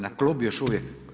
Na klub još uvijek.